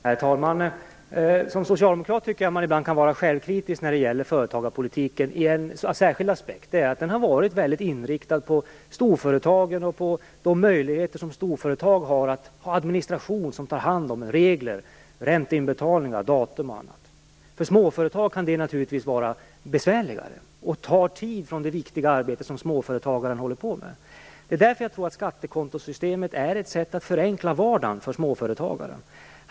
Herr talman! Som socialdemokrat kan man ibland vara självkritisk när det gäller en särskild aspekt av företagarpolitiken, nämligen att den har varit väldigt inriktad på storföretagen och de möjligheter som storföretagen har vad gäller administration, regler, ränteinbetalningar, datum och annat. För småföretag kan det naturligtvis vara besvärligare, och det tar tid från det viktiga arbete som småföretagaren håller på med. Det är därför jag tror att skattekontosystemet är ett sätt att förenkla vardagen för småföretagaren.